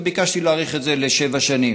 וביקשתי להאריך את זה לשבע שנים.